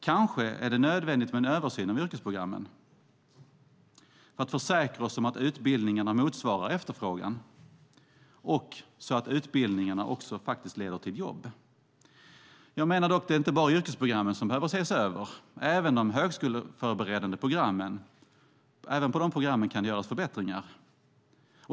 Kanske är det nödvändigt med en översyn av yrkesprogrammen för att försäkra oss om att utbildningarna motsvarar efterfrågan och så att utbildningarna också leder till jobb. Jag menar dock att det inte bara är yrkesprogrammen som behöver ses över. Även på de högskoleförberedande programmen kan det göras förbättringar.